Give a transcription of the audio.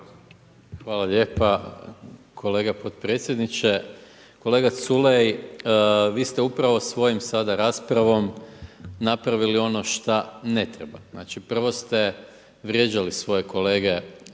Hvala lijepa kolega potpredsjedniče. Kolega Culej, vi ste upravo sada svojom raspravom napravili ono što ne treba. Znači, prvo ste vrijeđali svoje kolege